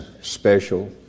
special